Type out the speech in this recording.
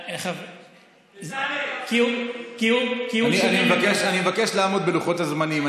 כי הוא שנים, אני מבקש לעמוד בלוחות הזמנים.